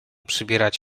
przybierać